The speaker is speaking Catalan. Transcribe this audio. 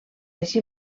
així